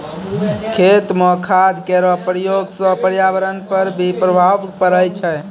खेत म खाद केरो प्रयोग सँ पर्यावरण पर भी प्रभाव पड़ै छै